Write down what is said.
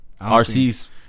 RC's